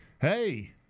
hey